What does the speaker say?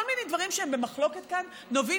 כל מיני דברים שהם במחלוקת כאן נובעים